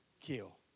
kill